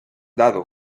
dado